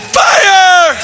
fire